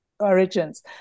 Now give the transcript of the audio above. origins